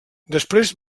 després